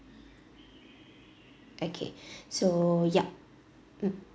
okay so yup mm